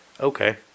okay